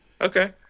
okay